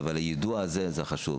אבל היידוע הזה חשוב.